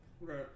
Right